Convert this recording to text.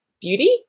beauty